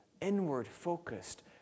inward-focused